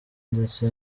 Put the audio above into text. ndetse